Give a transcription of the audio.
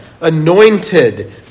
anointed